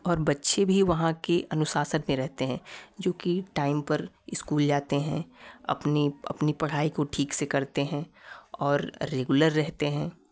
और बच्चे भी वहाँ के अनुशासन में रहते हैं जो कि टाइम पर स्कूल जाते हैं अपनी अपनी पढ़ाई को ठीक से करते हैं और रेगुलर रहते हैं